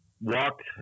walked